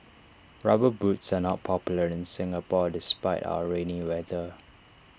rubber boots are not popular in Singapore despite our rainy weather